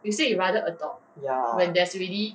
ya